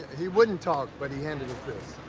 he wouldn't talk, but he handed us this.